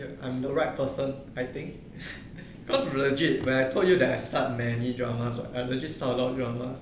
ya I'm the right person I think cause allergic when I told you that I start many dramas lah I actually start a lot drama